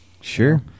Sure